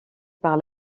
par